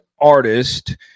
artist